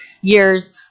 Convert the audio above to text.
years